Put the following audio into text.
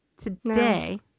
Today